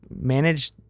manage